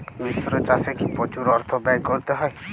মিশ্র চাষে কি প্রচুর অর্থ ব্যয় করতে হয়?